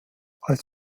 als